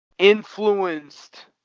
influenced